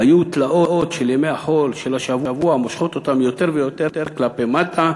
היו התלאות של ימי החול של השבוע מושכות אותם יותר ויותר כלפי מטה,